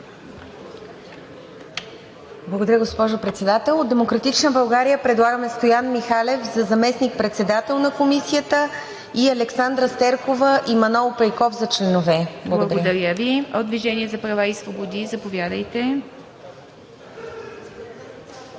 Благодаря, госпожо Председател. От „Демократична България“ предлагаме Стоян Михалев за заместник-председател на Комисията, Александра Стеркова и Манол Пейков за членове. Благодаря Ви. ПРЕДСЕДАТЕЛ ИВА МИТЕВА: Благодаря Ви.